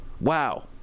Wow